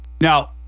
now